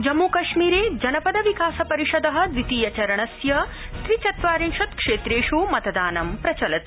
जम्मू कश्मीरे जनपद विकासपरिषद द्वितीयचरणस्य त्रि चत्वारिंशत् क्षेत्रेष् मतदानं प्रचलति